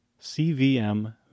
CVM